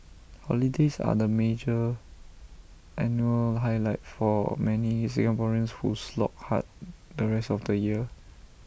holidays are the major annual highlight for many Singaporeans who slog hard the rest of the year